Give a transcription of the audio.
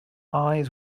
eyes